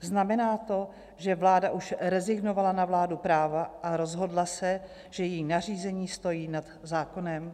Znamená to, že vláda už rezignovala na vládu práva a rozhodla se, že její nařízení stojí nad zákonem?